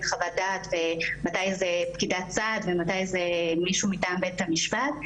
חוות דעת ומתי זאת פקידת סעד ומתי זה מישהו מבית המשפט.